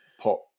pop